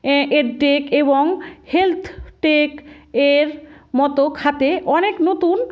add tech এবং health tech এর মতো খাতে অনেক নতুন